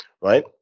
right